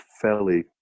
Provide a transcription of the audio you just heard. fairly